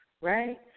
right